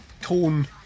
tone